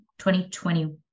2020